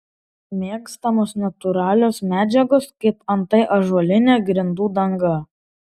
mėgstamos natūralios medžiagos kaip antai ąžuolinė grindų danga